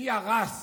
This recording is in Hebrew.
מי הרס,